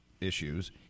issues